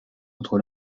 entre